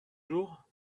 jours